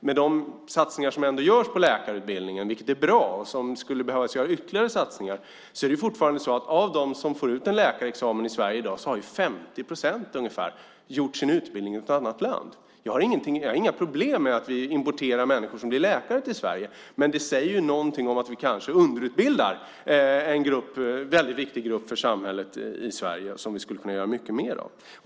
Med de satsningar som ändå görs på läkarutbildningen, vilket är bra trots att det skulle behöva göras ytterligare satsningar, är det fortfarande så att ungefär 50 procent av dem som får ut en läkarexamen i Sverige i dag har fått sin utbildning i ett annat land. Jag har inga problem med att vi importerar människor som blir läkare i Sverige, men det säger något om att vi kanske underutbildar en väldigt viktig grupp för samhället i Sverige. Där skulle vi kunna göra mycket mer.